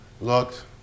looked